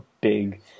big